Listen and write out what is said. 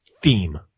theme